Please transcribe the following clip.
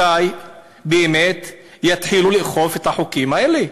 מתי באמת יתחילו לאכוף את החוקים האלה?